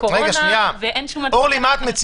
זה